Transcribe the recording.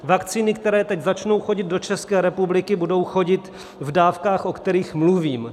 Vakcíny, které teď začnou chodit do České republiky, budou chodit v dávkách, o kterých mluvím.